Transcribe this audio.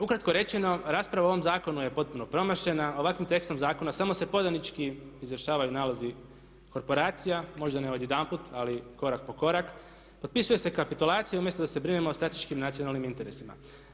Ukratko rečeno rasprava o ovom zakonu je potpuno promašena, ovakvim tekstom zakona samo se podanički izvršavaju nalozi korporacija možda ne odjedanput ali korak po korak, potpisuje se kapitalizacija umjesto da se brinemo o strateškim nacionalnim interesiram.